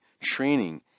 training